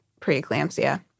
preeclampsia